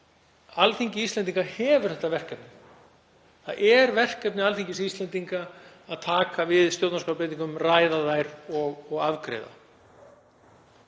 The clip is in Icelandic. Alþingi Íslendinga hefur þetta verkefni. Það er verkefni Alþingis Íslendinga að taka við stjórnarskrárbreytingum, ræða þær og afgreiða.